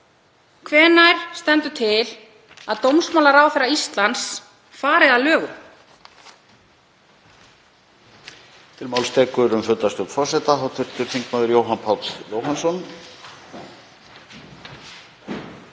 Hvenær stendur til að dómsmálaráðherra Íslands fari að lögum?